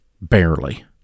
Barely